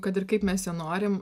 kad ir kaip mes jo norim